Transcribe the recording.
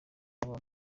nabo